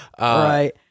Right